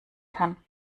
kann